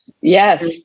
Yes